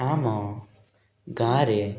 ଆମ ଗାଁରେ